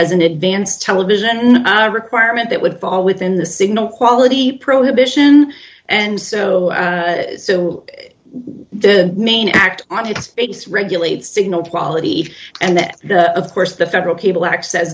as an advanced television requirement that would fall within the signal quality prohibit and so the main act on its face regulate signal quality and that of course the federal cable access